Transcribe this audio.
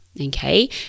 Okay